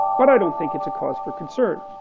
but i don't think it's a cause for concern.